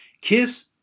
Kiss